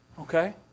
Okay